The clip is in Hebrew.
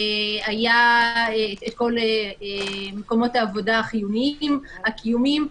היו את כל מקומות העבודה החיוניים, הקיומיים.